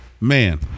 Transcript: Man